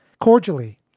cordially